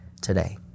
today